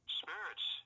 spirits